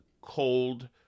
cold